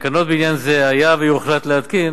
תקנות בעניין זה, אם יוחלט להתקין,